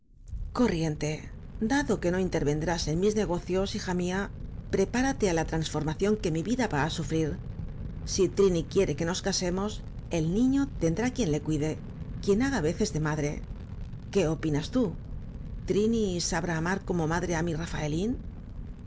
corriente dado que no intervendrás ei mis negocios hija mía prepárate a l a transformación que mi vida va á sufrir si trini quiere que nos casemos el niño tendrá quien le cuide quien haga veces de madre qué opinas tú trini sabrá amar como madre á mi rafaelín